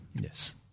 Yes